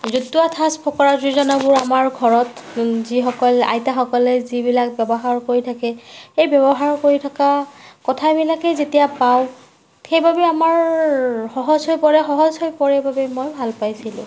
জতুৱা ঠাচ ফকৰা যোজনাবোৰ আমাৰ ঘৰত যিসকল আইতাসকলে যিবিলাক ব্যৱহাৰ কৰি থাকে সেই ব্যৱহাৰ কৰি থকা কথাবিলাকেই যেতিয়া পাওঁ সেইবাবে আমাৰ সহজ হৈ পৰে সহজ হৈ পৰে বাবে মই ভাল পাইছিলোঁ